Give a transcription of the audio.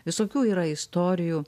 visokių yra istorijų